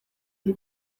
ndi